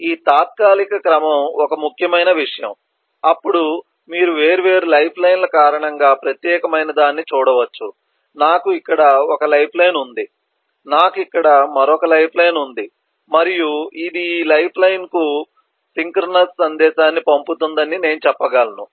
కాబట్టి ఈ తాత్కాలిక క్రమం ఒక ముఖ్యమైన విషయం అప్పుడు మీరు వేర్వేరు లైఫ్లైన్ల కారణంగా ప్రత్యేకమైనదాన్ని చూడవచ్చు నాకు ఇక్కడ ఒక లైఫ్లైన్ ఉంది నాకు ఇక్కడ మరొక లైఫ్లైన్ ఉంది మరియు ఇది ఈ లైఫ్లైన్కు సింక్రోనస్ సందేశాన్ని పంపుతుందని నేను చెప్పగలను